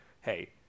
hey